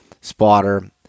spotter